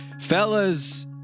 Fellas